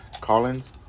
Collins